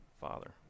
Father